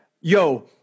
yo